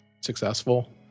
successful